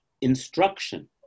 instruction